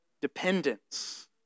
dependence